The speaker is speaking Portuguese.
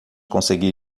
conseguir